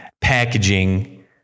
packaging